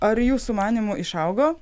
ar jūsų manymu išaugo